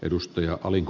arvoisa puhemies